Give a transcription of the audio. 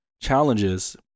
challenges